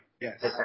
Yes